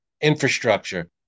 infrastructure